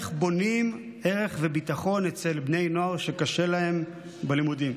איך בונים ערך וביטחון אצל בני נוער שקשה להם בלימודים.